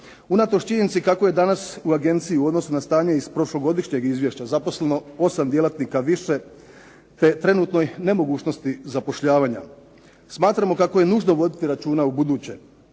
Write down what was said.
Unatoč činjenici kako je danas u agenciji u odnosu na stanje iz prošlogodišnjeg izvješća zaposleno 8 djelatnika više te trenutnoj nemogućnosti zapošljavanja, smatramo kako je nužno voditi računa ubuduće,